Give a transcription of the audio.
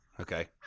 Okay